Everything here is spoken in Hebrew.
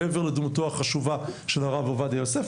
מעבר לדמותו החשובה של הרב עובדיה יוסף,